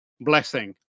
blessing